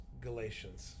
Galatians